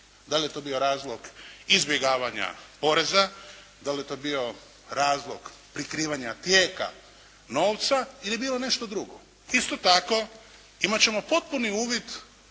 Da li je to bio razlog izbjegavanja poreza, da li je to bio razlog prikrivanja tijeka novca ili je bilo nešto drugo. Isto tako imati ćemo potpuni uvid